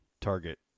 Target